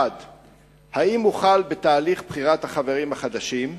1. האם הוחל בתהליך בחירת החברים החדשים?